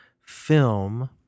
film